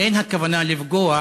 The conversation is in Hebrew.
אין כוונה לפגוע,